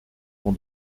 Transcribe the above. ton